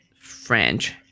French